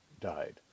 died